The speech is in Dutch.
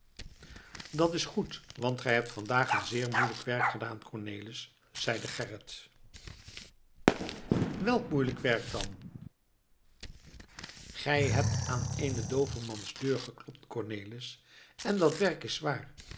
dat is goed want gij hebt vandaag een zeer moeielijk werk gedaan cornelis zeide gerrit welk moeielijk werk dan gij hebt aan eene doovemans deur geklopt cornelis en dat werk is zwaar